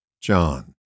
John